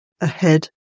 ahead